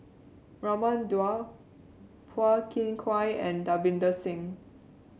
Raman Daud Phua Thin Kiay and Davinder Singh